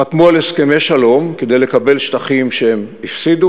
חתמו על הסכמי שלום כדי לקבל שטחים שהפסידו,